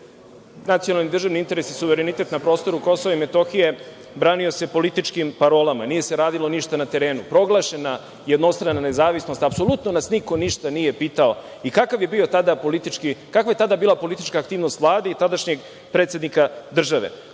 nacionalni državni interesi, suverenitet na prostoru Kosova i Metohije branio se političkim parolama. Nije se radilo ništa na terenu. Proglašena jednostrana nezavisnost, apsolutno nas niko ništa nije pitao. I kakva je tada bila politička aktivnost Vlade i tadašnjeg predsednika države? Govori